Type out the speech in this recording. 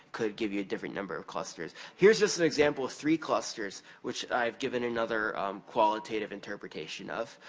could give you a different number of clusters. here's just an example of three clusters, which i've given another qualitative interpretation of.